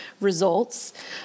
results